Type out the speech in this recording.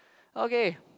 okay